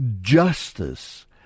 justice